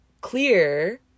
clear